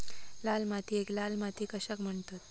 लाल मातीयेक लाल माती कशाक म्हणतत?